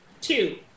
Two